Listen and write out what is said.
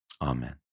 Amen